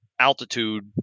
altitude